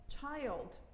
child